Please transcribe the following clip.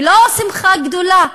ולא שמחה גדולה,